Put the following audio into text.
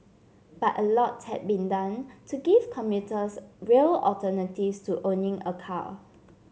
but a lot had been done to give commuters real alternatives to owning a car